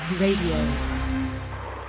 Radio